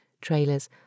trailers